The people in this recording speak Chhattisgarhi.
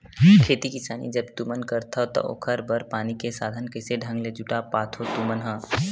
खेती किसानी जब तुमन करथव त ओखर बर पानी के साधन कइसे ढंग ले जुटा पाथो तुमन ह?